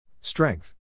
Strength